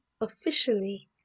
officially